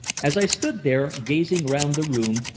as i stood there, gazing round the room,